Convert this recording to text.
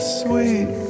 sweet